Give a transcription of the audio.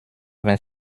vingt